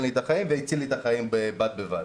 לי את החיים וגם הציל לי את החיים בד בבד.